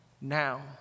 now